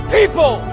People